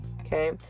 okay